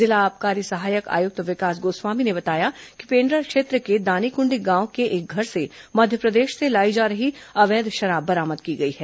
जिला आबकारी सहायक आयुक्त विकास गोस्वामी ने बताया कि पेण्ड्रा क्षेत्र के दानीकृण्डी गांव से एक घर से मध्यप्रदेश से लाई गई अवैध शराब बरामद की है